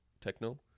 techno